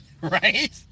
Right